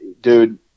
dude